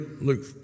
Luke